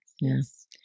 Yes